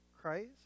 Christ